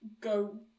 go